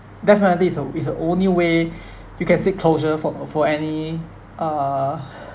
definitely is the is the only way you can seek closure for for any uh